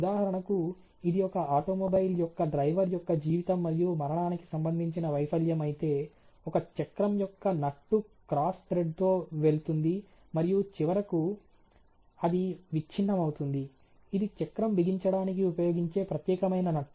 ఉదాహరణకు ఇది ఒక ఆటోమొబైల్ యొక్క డ్రైవర్ యొక్క జీవితం మరియు మరణానికి సంబంధించిన వైఫల్యం అయితే ఒక చక్రం యొక్క నట్టు క్రాస్ థ్రెడ్తో వెళుతుంది మరియు చివరకు అది విచ్ఛిన్నమవుతుంది ఇది చక్రం బిగించడానికి ఉపయోగించే ప్రత్యేకమైన నట్టు